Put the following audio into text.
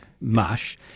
mush